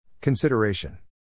Consideration